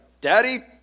daddy